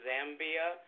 Zambia